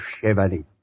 Chevalier